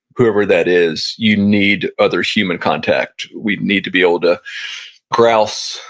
whoever that is, you need other human contact we need to be able to grouse,